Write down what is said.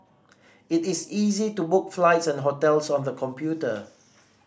it is easy to book flights and hotels on the computer